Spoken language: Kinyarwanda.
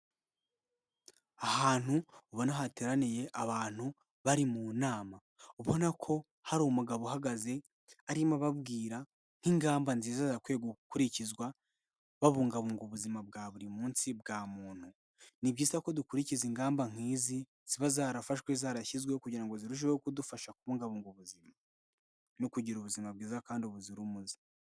Ahantu ubona hateraniye abantu bari mu nama. Ubona ko hari umugabo uhagaze arimo ababwira nk'ingamba nziza zagakwiye gukurikizwa babungabunga ubuzima bwa buri munsi bwa muntu. Ni byiza ko dukurikiza ingamba nk'izi ziba zarafashwe zarashyizweho kugira ngo zirusheho kudufasha kubungabunga ubuzima, no kugira ubuzima bwiza kandi buzira umuze.